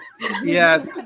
Yes